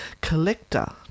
Collector